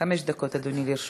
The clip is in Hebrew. חמש דקות, אדוני, לרשותך.